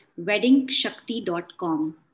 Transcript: WeddingShakti.com